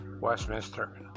Westminster